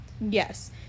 Yes